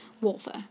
warfare